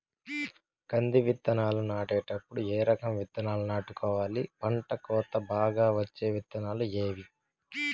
కంది విత్తనాలు నాటేటప్పుడు ఏ రకం విత్తనాలు నాటుకోవాలి, పంట కోత బాగా వచ్చే విత్తనాలు ఏవీ?